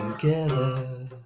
together